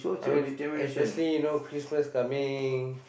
I mean especially you know Christmas coming